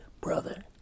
brother